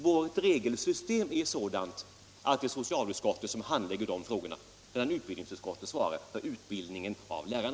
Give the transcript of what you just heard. Vårt regelsystem är sådant att det är socialutskottet som handlägger de frågorna, medan utbildningsutskottet svarar för utbildningen av lärarna.